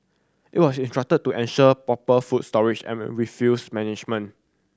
it was instructed to ensure proper food storage and we will refuse management